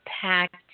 packed